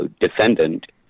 defendant